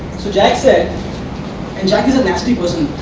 so jack said and jack is a nasty person.